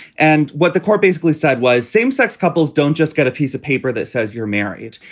and what the court basically said was same sex couples don't just get a piece of paper that says you're married.